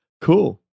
cool